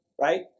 right